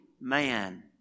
man